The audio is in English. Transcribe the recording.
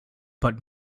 but